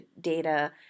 data